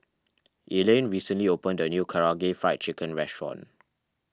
Elaine recently opened a new Karaage Fried Chicken restaurant